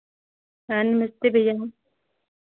हाँ नमस्ते भैया